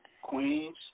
Queens